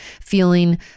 feeling